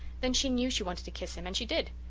then she knew she wanted to kiss him and she did.